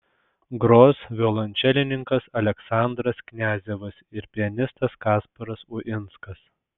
gros violončelininkas aleksandras kniazevas ir pianistas kasparas uinskas